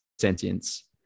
sentience